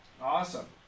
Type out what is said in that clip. Awesome